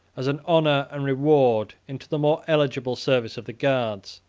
as an honor and reward, into the more eligible service of the guards.